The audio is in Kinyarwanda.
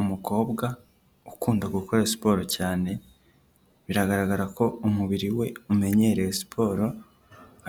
Umukobwa ukunda gukora siporo cyane, biragaragara ko umubiri we umenyereye siporo,